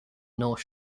north